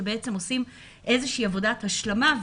שעושים איזושהי עבודת השלמה.